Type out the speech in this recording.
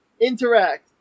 Interact